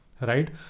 right